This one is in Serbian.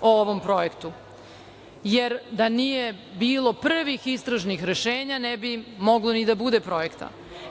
o ovom projektu, jer da nije bilo prvih istražnih rešenja ne bi moglo ni da bude projekta.